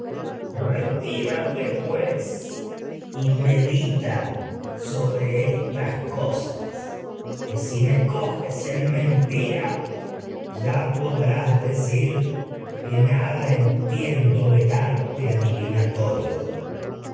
retírate coges pues y medita sobre drás cosas que en mentira ya po decir que nada entiendo del arte adivinatorio